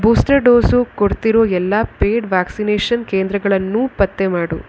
booster dose ಕೊಡ್ತಿರೋ ಎಲ್ಲ paid vaccination ಕೇಂದ್ರಗಳನ್ನೂ ಪತ್ತೆ ಮಾಡು